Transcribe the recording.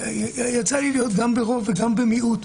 ויצא לי להיות גם ברוב וגם במיעוט.